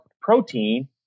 protein